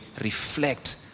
reflect